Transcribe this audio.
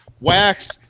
wax